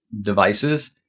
devices